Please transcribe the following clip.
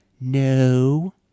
No